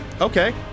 Okay